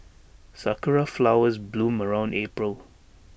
Sakura Flowers bloom around April